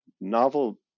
novel